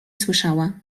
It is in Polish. słyszała